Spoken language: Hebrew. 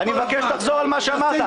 אני מבקש שתחזור על מה שאמרת.